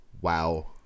Wow